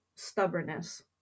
stubbornness